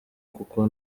kuko